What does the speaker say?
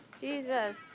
Jesus